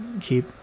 keep